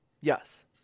Yes